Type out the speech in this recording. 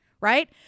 right